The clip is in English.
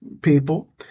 people